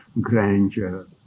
grandeur